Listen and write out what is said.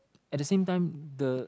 at the same time the